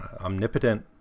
omnipotent